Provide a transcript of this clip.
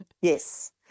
Yes